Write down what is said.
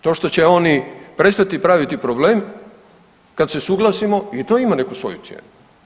To što će oni prestati praviti problem kad se suglasimo, i to ima neku svoju cijenu.